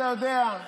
אתה יודע,